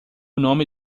nome